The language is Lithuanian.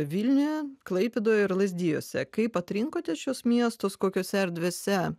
vilniuje klaipėdoje ir lazdijuose kaip atrinkote šiuos miestus kokiose erdvėse